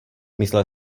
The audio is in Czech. myslel